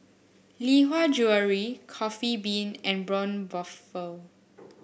Lee Hwa Jewellery Coffee Bean and Braun Buffel